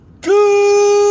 good